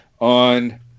on